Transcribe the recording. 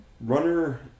Runner